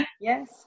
yes